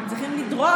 גם צריכים לדרוש,